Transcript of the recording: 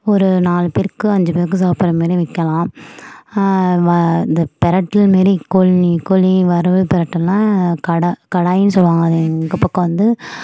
ஒரு நாலு பேருக்கு அஞ்சு பேருக்கு சாப்பிட்ற மாரி வைக்கலாம் இந்த பிரட்டல் மாரி கோழி கோழி வறுவல் பிரட்டல்லாம் கடா கடாய்னு சொல்லுவாங்க அது எங்கள் பக்கம் வந்து